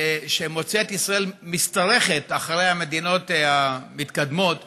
שמוציא את ישראל משתרכת אחרי המדינות המתקדמות